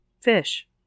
fish